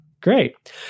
Great